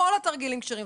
כל התרגילים כשרים,